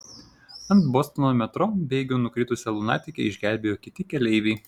ant bostono metro bėgių nukritusią lunatikę išgelbėjo kiti keleiviai